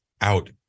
out